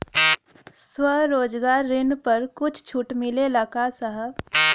स्वरोजगार ऋण पर कुछ छूट मिलेला का साहब?